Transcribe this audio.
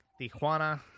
Tijuana